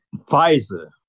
Pfizer